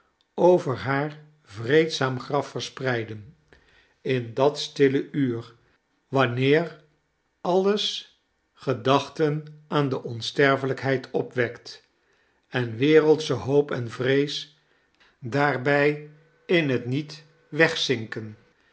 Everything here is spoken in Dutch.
over haar vreedzaam graf verspreidde in dat stille uur wanneer alles gedachten aan de onsterfelijkheid opwekt en wereldsche hoop en vrees daarbij in het niet wegzinken